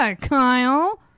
Kyle